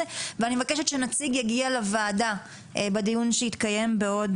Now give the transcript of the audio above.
ואני מבקשת שנציג יגיע לוועדה בדיון שיתקיים בעוד